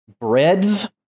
Breadth